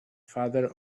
father